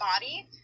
body